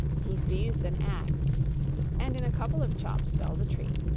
he seized an axe and in a couple of chops felled a tree.